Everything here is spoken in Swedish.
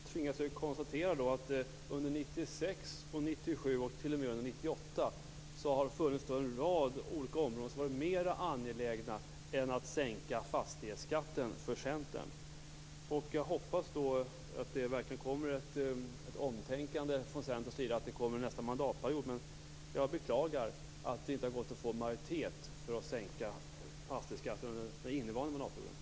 Fru talman! Då tvingas jag konstatera att under 1996 och 1997 och t.o.m. under 1998 är en rad olika områden mer angelägna för Centern än en sänkning av fastighetsskatten. Jag hoppas att det verkligen kommer ett omtänkande från Centerns sida och att det görs en sänkning under nästa mandatperiod. Jag beklagar att det inte har gått att få majoritet för att sänka fastighetsskatten under den innevarande mandatperioden.